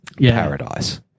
paradise